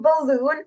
balloon